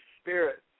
Spirit